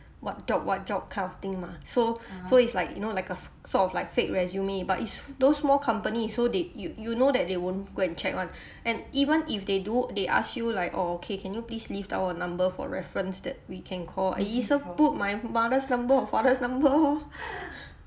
what job what job kind of thing mah so so it's like you know like a f~ sort of like fake resume but it's those small company so they you you know that they won't go and check [one] and even if they do they ask you like orh okay can you please leave down a number for reference that we can call put my mother's number or father's number orh